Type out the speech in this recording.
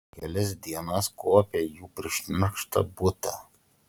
kelias dienas kuopė jų prišnerkštą butą